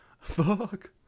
Fuck